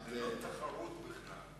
חבר הכנסת נחמן שי.